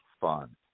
fun